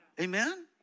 Amen